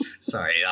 sorry